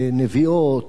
ונביעות,